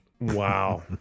Wow